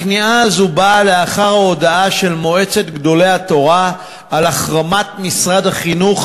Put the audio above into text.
הכניעה הזאת באה לאחר ההודעה של מועצת גדולי התורה על החרמת משרד החינוך